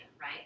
right